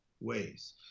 ways